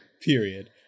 Period